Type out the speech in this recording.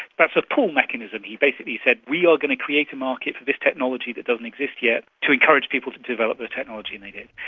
that's a pull mechanism, he basically said we are going to create a market for this technology that doesn't exist yet to encourage people to develop the technology, and they did.